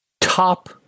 top